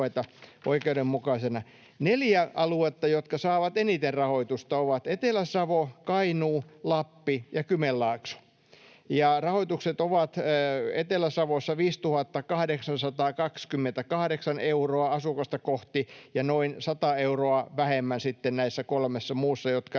Neljä aluetta, jotka saavat eniten rahoitusta, ovat Etelä-Savo, Kainuu, Lappi ja Kymenlaakso. Rahoitukset ovat Etelä-Savossa 5 828 euroa asukasta kohti ja noin 100 euroa vähemmän sitten näissä kolmessa muussa, jotka äsken